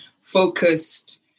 focused